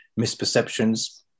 misperceptions